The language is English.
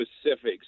specifics